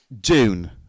Dune